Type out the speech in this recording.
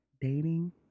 dating